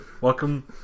welcome